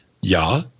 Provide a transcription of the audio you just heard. ja